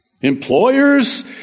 Employers